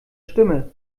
stimme